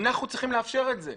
אנחנו צריכים לאפשר את זה.